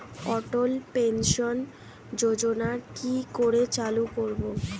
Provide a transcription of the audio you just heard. অটল pension যোজনার কি করে চালু করব?